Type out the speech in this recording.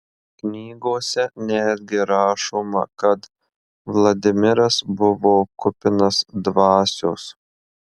knygose netgi rašoma kad vladimiras buvo kupinas dvasios